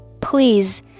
Please